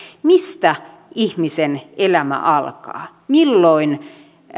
mistä ihmisen elämä alkaa milloin